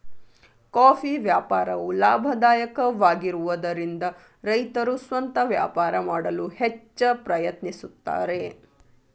coffee ವ್ಯಾಪಾರವು ಲಾಭದಾಯಕವಾಗಿರುವದರಿಂದ ರೈತರು ಸ್ವಂತ ವ್ಯಾಪಾರ ಮಾಡಲು ಹೆಚ್ಚ ಪ್ರಯತ್ನಿಸುತ್ತಾರೆ